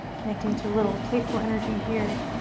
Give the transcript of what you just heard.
connecting to a little playful energy here.